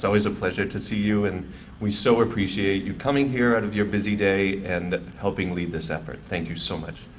always a pleasure to see you and we so appreciate you coming here and on your busy day and helping lead this effort, thank you so much.